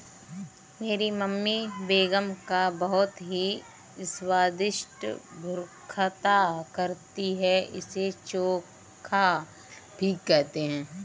मेरी मम्मी बैगन का बहुत ही स्वादिष्ट भुर्ता बनाती है इसे चोखा भी कहते हैं